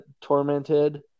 tormented